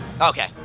Okay